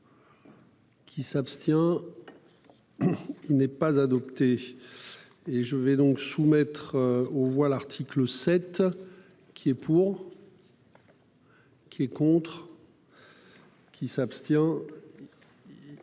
Qui s'abstient. Qui n'est pas adopté. Et je vais donc soumettre aux voix l'article 7. Qui est pour. Qui est contre. Qui s'abstient.